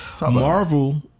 marvel